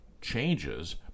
changes